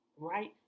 right